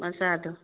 ꯃꯆꯥꯗꯣ